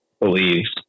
believes